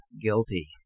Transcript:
guilty